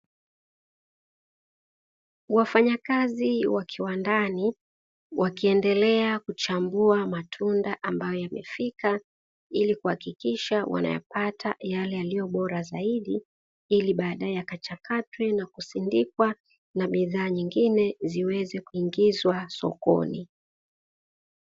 Wafanya kazi wa kiwandani wakiendelea kuchambua matunda yaliyofika. Kuhakikisha wanayapata Yale yaliyo bora zaidi ili baadae yakachakatwe na kusindikwa na bidhaa nyingine ziweze kuingia sokoni.